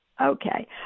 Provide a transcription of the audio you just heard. Okay